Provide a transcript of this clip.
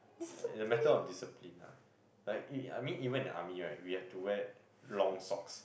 yeah it's a matter of discipline ah like even I mean even in the army right we have to wear long socks